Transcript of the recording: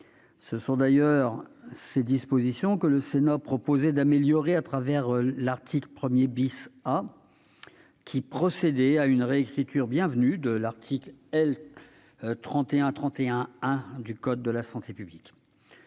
Ce sont d'ailleurs ces dispositions que le Sénat proposait d'améliorer à travers l'article 1 A, qui procédait à une réécriture bienvenue de l'article L. 3131-1 du code de la santé publique.